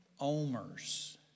omers